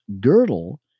girdle